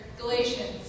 Galatians